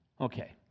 Okay